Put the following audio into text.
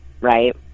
right